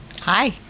Hi